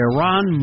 Iran